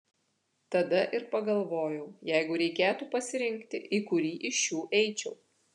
tada ir pagalvojau jeigu reikėtų pasirinkti į kurį iš šių eičiau